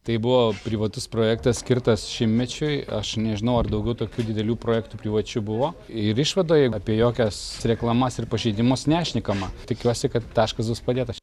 tai buvo privatus projektas skirtas šimtmečiui aš nežinau ar daugiau tokių didelių projektų privačių buvo ir išvadoj apie jokias reklamas ir pažeidimus nešnekama tikiuosi kad taškas bus padėtas